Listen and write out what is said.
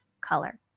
color